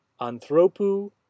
Anthropu